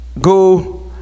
go